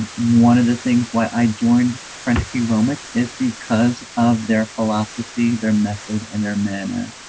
one of the things why i joined prentke romich is because of their philosophy their method and their manner